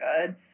good